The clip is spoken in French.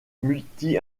multi